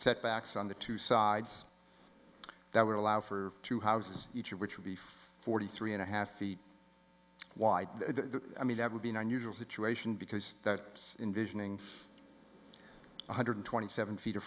setbacks on the two sides that would allow for two houses each of which would be forty three and a half feet wide i mean that would be an unusual situation because that is envisioning one hundred twenty seven feet